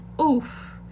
Oof